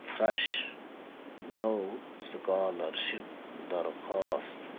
fresh نٔو scholarship درخوٛاست